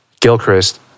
Gilchrist